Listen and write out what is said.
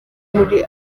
muri